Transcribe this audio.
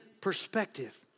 perspective